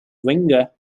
winger